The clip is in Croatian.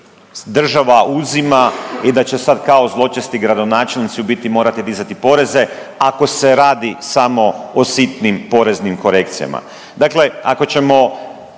država uzima i da će sad kao zločesti gradonačelnici u biti morati dizati poreze ako se radi samo o sitnim poreznim korekcijama.